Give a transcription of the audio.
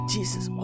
Jesus